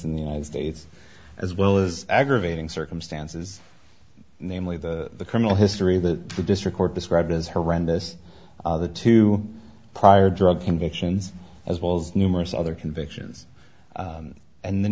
in the united states as well as aggravating circumstances namely the criminal history that the district court described as horrendous the two prior drug convictions as well as numerous other convictions and the